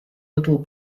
little